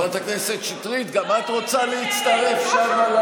חברת הכנסת שטרית, גם את רוצה להצטרף שם?